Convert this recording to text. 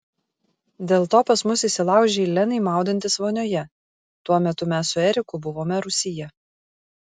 dėl to pas mus įsilaužei lenai maudantis vonioje tuo metu mes su eriku buvome rūsyje